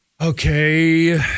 Okay